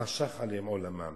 חשך עליהם עולמם.